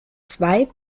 zwei